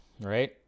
right